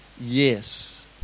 yes